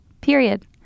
period